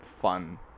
fun